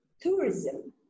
tourism